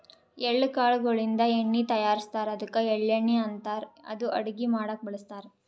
ಎಳ್ಳ ಕಾಳ್ ಗೋಳಿನ್ದ ಎಣ್ಣಿ ತಯಾರಿಸ್ತಾರ್ ಅದ್ಕ ಎಳ್ಳಣ್ಣಿ ಅಂತಾರ್ ಇದು ಅಡಗಿ ಮಾಡಕ್ಕ್ ಬಳಸ್ತಾರ್